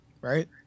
right